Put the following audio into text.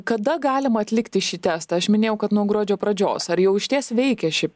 kada galima atlikti šį testą aš minėjau kad nuo gruodžio pradžios ar jau išties veikia ši